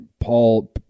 Paul